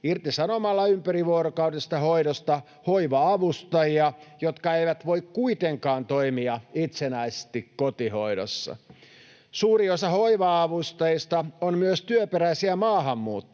irtisanomalla ympärivuorokautisesta hoidosta hoiva-avustajia, jotka eivät voi kuitenkaan toimia itsenäisesti kotihoidossa. Suuri osa hoiva-avustajista on myös työperäisiä maahanmuuttajia,